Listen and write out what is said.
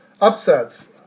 Upsets